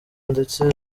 ndetse